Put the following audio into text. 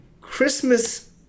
Christmas